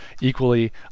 equally